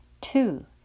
Two